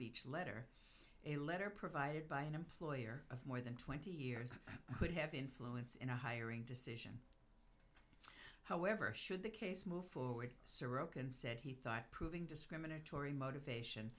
beach letter a letter provided by an employer of more than twenty years could have influence in a hiring decision however should the case move forward sirocco and said he thought proving discriminatory motivation